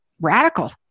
radical